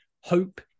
hope